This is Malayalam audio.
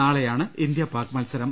നാളെയാണ് ഇന്ത്യ പാക് മത്സ രം